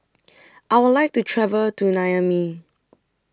I Would like to travel to Niamey